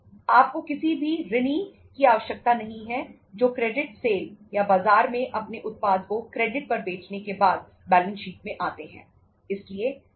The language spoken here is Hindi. आपको किसी भी ऋणी की आवश्यकता नहीं है जो क्रेडिट सेल पर बेचने के बाद बैलेंस शीट में आते हैं